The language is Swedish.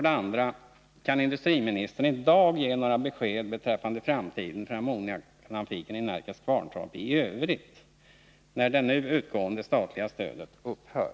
ser Kan industriministern i dag ge några besked beträffande framtiden för ammoniakfabriken i Närkes Kvarntorp i övrigt, när det nu utgående statliga stödet upphör?